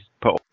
put